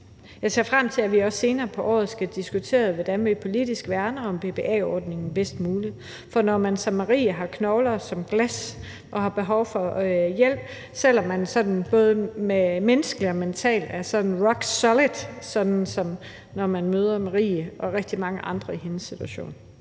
Jeg ser frem til, at vi også senere på året skal have diskuteret, hvordan vi politisk værner om BPA-ordningen bedst muligt for mennesker, der som Marie har knogler som glas og har behov for hjælp, selv om man både menneskeligt og mentalt er sådan rock solid – som man ser, når man møder Marie og rigtig mange andre i hendes situation.